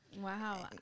Wow